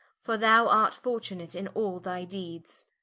for thou art fortunate in all thy deeds